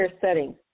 settings